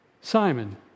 Simon